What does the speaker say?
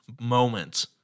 moment